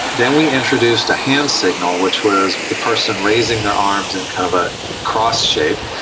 then we introduced a hand signal which was the person raising their arms in kind of a cross shape,